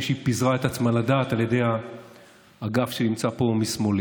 שהיא פיזרה את עצמה לדעת על ידי האגף שנמצא פה משמאלי.